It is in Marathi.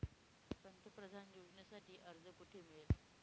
पंतप्रधान योजनेसाठी अर्ज कुठे मिळेल?